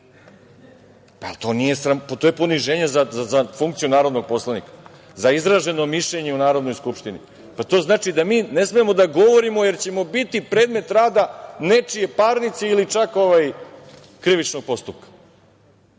To je poniženje za funkciju narodnog poslanika, za izraženo mišljenje u Narodnoj skupštini. To znači da mi ne smemo da govorimo, jer ćemo biti predmet rada nečije parnice ili čak krivičnog postupka.